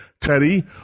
Teddy